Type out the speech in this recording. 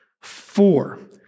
Four